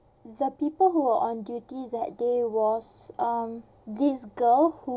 the people who were on duty that day was um this girl who